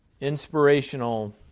inspirational